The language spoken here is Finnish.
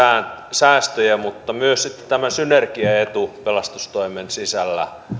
säästöjä mutta myös tämä synergiaetu pelastustoimen sisällä